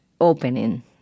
opening